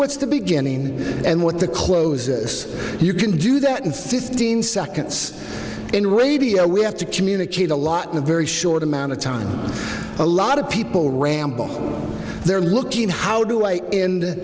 what's the beginning and what the close this you can do that in fifteen seconds in radio we have to communicate a lot in a very short amount of time a lot of people ramble there looking how do i in